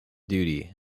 duty